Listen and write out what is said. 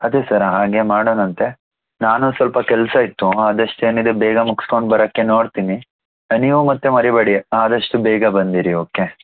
ಅದೇ ಸರ್ ಹಾಗೇ ಮಾಡೋಣಂತೆ ನಾನು ಸ್ವಲ್ಪ ಕೆಲಸ ಇತ್ತು ಅದಷ್ಟು ಏನಿದೆ ಬೇಗ ಮುಗ್ಸ್ಕೊಂಡು ಬರೋಕ್ಕೆ ನೋಡ್ತೀನಿ ನೀವು ಮತ್ತೆ ಮರಿಬೇಡಿ ಆದಷ್ಟು ಬೇಗ ಬಂದಿರಿ ಓಕೆ